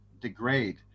degrade